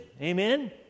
Amen